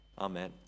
Amen